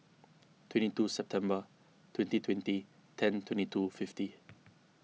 twenty two September twenty twenty ten twenty two fifty